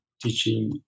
teaching